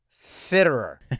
fitterer